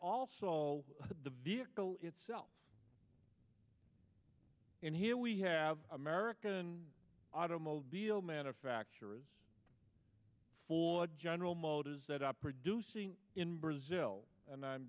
all the vehicle itself and here we have american automobile manufacturers for general motors that are producing in brazil and i'm